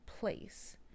place